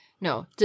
No